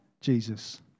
Jesus